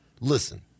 Listen